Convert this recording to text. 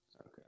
Okay